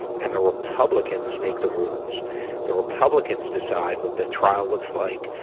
and the republicans make the rules the republicans decide what the trial looks like.